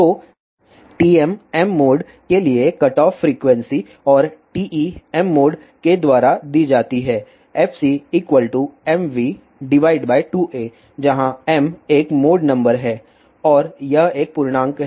तो TMm mode लिए cutoff frequency और TEm मोड के द्वारा दी जाती है fcmv2a जहाँ m एक मोड नंबर है और यह एक पूर्णांक है